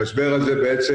המשבר הזה בעצם,